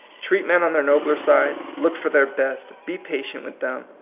treat men on their nobler side, look for their best, be patient with them,